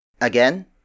Again